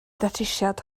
datrysiad